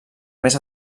més